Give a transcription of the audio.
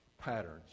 patterns